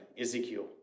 Ezekiel